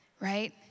right